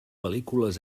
pel·lícules